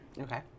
Okay